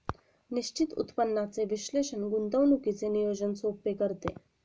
निश्चित उत्पन्नाचे विश्लेषण गुंतवणुकीचे नियोजन सोपे करते